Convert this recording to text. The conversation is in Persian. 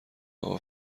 اقا